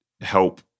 help